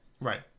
Right